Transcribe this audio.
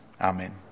amen